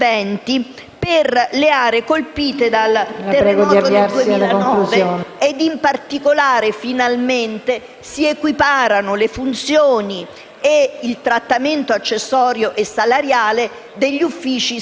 per le aree colpite dal terremoto del 2009. In particolare, finalmente si equiparano le funzioni e il trattamento accessorio e salariale degli uffici speciali